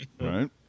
Right